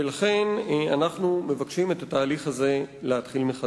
ולכן אנחנו מבקשים להתחיל את התהליך מחדש.